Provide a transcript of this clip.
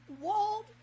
world